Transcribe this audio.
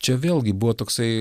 čia vėlgi buvo toksai